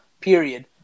period